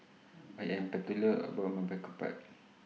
I Am particular about My